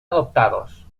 adoptados